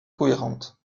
cohérente